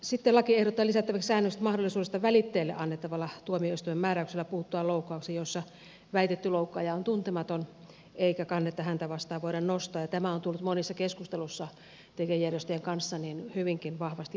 lakiin ehdotetaan lisättäväksi säännökset mahdollisuudesta välittäjille annettavalla tuomioistuimen määräyksellä puuttua loukkauksiin joissa väitetty loukkaaja on tuntematon eikä kannetta häntä vastaan voida nostaa ja tämä on tullut monissa keskusteluissa tekijäjärjestöjen kanssa hyvinkin vahvasti esille